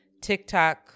TikTok